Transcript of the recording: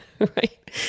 right